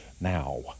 now